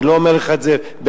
אני לא אומר לך את זה בהגזמה.